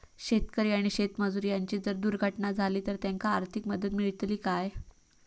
शेतकरी आणि शेतमजूर यांची जर दुर्घटना झाली तर त्यांका आर्थिक मदत मिळतली काय?